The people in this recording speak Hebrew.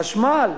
חשמל,